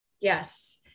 Yes